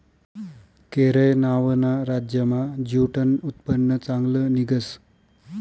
केरय नावना राज्यमा ज्यूटनं उत्पन्न चांगलं निंघस